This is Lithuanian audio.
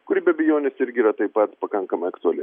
kuri be abejonės irgi yra taip pat pakankamai aktuali